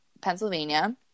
Pennsylvania